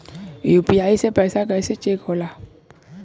UPI से पैसा कैसे चेक होला?